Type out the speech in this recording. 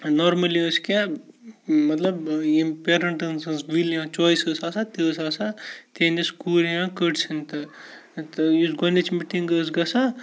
normally ٲسۍ کینٛہہ مطلب یم پیرَنٛٹَن سٕنٛز وِل یا چویِس ٲس آسان تہِ ٲس آسان تِہِنٛدِس کوٗرِ یا کٔٹۍ سِنٛز تہٕ یُس گۄڈنِچ مِٹِنٛگ ٲس گژھان